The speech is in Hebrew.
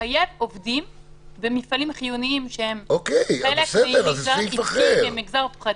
ולחייב עובדים במפעלים חיוניים, גם מהמגזר הציבורי